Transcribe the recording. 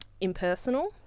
impersonal